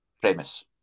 premise